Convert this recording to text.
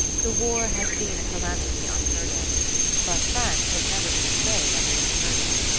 the war has been a calamity unheard of but france has never been afraid of the unheard of.